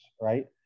right